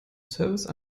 service